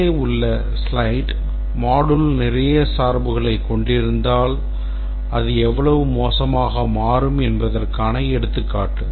மேலே உள்ள slide modules நிறைய சார்புகளைக் கொண்டிருந்தால் அது எவ்வளவு மோசமாக மாறும் என்பதற்கான எடுத்துக்காட்டு